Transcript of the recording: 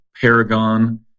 Paragon